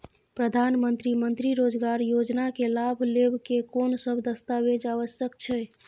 प्रधानमंत्री मंत्री रोजगार योजना के लाभ लेव के कोन सब दस्तावेज आवश्यक छै?